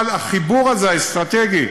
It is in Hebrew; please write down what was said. אבל החיבור הזה, האסטרטגי,